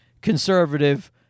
conservative